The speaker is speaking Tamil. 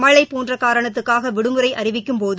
மழழபோன்ற காரணத்துக்காக விடுமுறை அறிவிக்கும்போது